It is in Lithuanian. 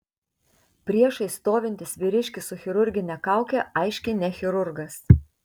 priešais stovintis vyriškis su chirurgine kauke aiškiai ne chirurgas